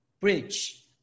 bridge